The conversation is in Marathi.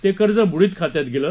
ते कर्ज बुडीत खात्यात गेलं